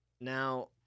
Now